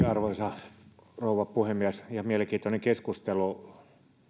arvoisa rouva puhemies ihan mielenkiintoinen keskustelu